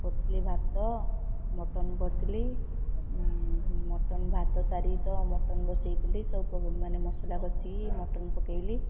କରିଥିଲି ଭାତ ମଟନ୍ କରିଥିଲି ମଟନ୍ ଭାତ ସାରି ତ ମଟନ୍ ବସେଇଥିଲି ମାନେ ମସଲା କଷିକି ମଟନ୍ ପକେଇଲି